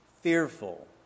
Fearful